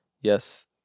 Yes